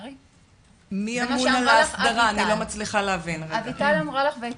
אני לא מצליחה להבין -- אביטל אמרה לך והיא